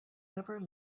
never